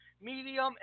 medium